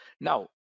now